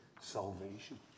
salvation